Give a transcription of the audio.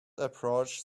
approach